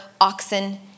oxen